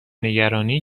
نگرانی